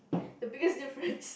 the biggest difference